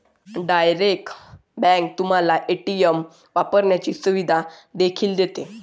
direct bank तुम्हाला ATM वापरण्याची सुविधा देखील देते